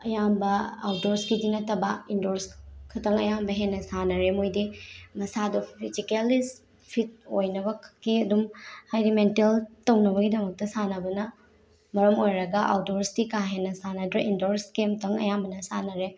ꯑꯌꯥꯝꯕ ꯑꯥꯎꯠꯗꯣꯔꯁꯀꯤꯗꯤ ꯅꯠꯇꯕ ꯏꯟꯗꯣꯔꯁꯈꯛꯇꯪ ꯑꯌꯥꯝꯕ ꯍꯦꯟꯅ ꯁꯥꯟꯅꯔꯦ ꯃꯣꯏꯗꯤ ꯃꯁꯥꯗꯣ ꯐꯤꯖꯤꯀꯦꯜꯂꯤ ꯐꯤꯠ ꯑꯣꯏꯅꯕ ꯈꯛꯀꯤ ꯑꯗꯨꯝ ꯍꯥꯏꯗꯤ ꯃꯦꯟꯇꯦꯜ ꯇꯧꯅꯕꯒꯤꯗꯃꯛꯇ ꯁꯥꯟꯅꯕꯅ ꯃꯔꯝ ꯑꯣꯏꯔꯒ ꯑꯥꯎꯠꯗꯣꯔꯁꯇꯤ ꯀꯥ ꯍꯦꯟꯅ ꯁꯥꯟꯅꯗ꯭ꯔꯦ ꯏꯟꯗꯣꯔꯁ ꯒꯦꯝꯇꯪ ꯑꯌꯥꯝꯕꯅ ꯁꯥꯟꯅꯔꯦ